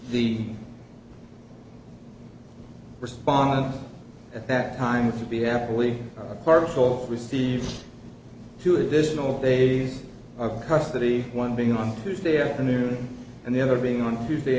the response at that time to be happily harmful received two additional days of custody one being on tuesday afternoon and the other being on tuesday